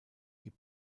die